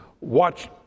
watch